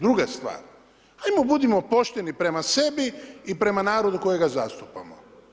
Druga stvar, hajmo budimo pošteni prema sebi i prema narodu kojega zastupamo.